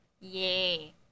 Yay